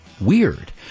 weird